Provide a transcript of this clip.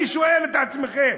אני שואל אתכם,